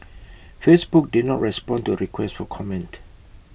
Facebook did not respond to A request for comment